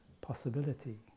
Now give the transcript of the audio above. possibility